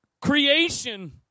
creation